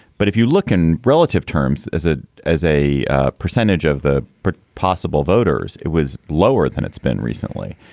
but if you look in relative terms, as a as a a percentage of the possible voters, it was lower than it's been recently.